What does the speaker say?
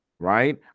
Right